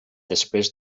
després